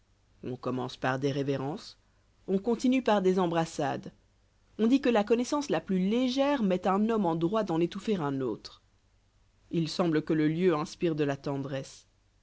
on commence par des révérences on continue par des embrassades on dit que la connoissance la plus légère met un homme en droit d'en étouffer un autre il semble que le lieu inspire de la tendresse